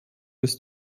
bis